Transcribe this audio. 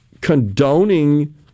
condoning